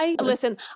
Listen